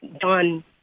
done